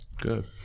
Good